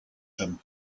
him